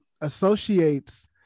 associates